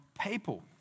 people